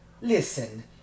Listen